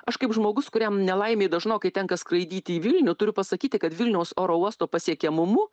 aš kaip žmogus kuriam nelaimei dažnokai tenka skraidyti į vilnių turiu pasakyti kad vilniaus oro uosto pasiekiamumu